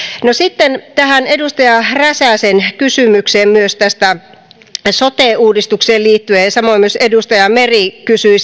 no sitten tähän edustaja räsäsen kysymykseen myös sote uudistukseen liittyen ja samoin myös edustaja meri kysyi